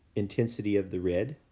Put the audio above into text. intensity of the red,